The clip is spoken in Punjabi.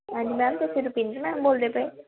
ਹਾਂਜੀ ਮੈਮ ਤੁਸੀਂ ਰੁਪਿੰਦਰ ਮੈਮ ਬੋਲਦੇ ਪਏ